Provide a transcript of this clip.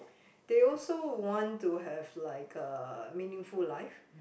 they also want to have like a meaningful life